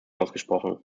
ausgesprochen